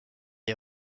est